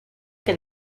què